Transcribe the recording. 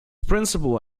principal